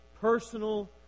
personal